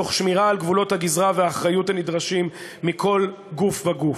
תוך שמירה על גבולות הגזרה והאחריות הנדרשת מכל גוף וגוף.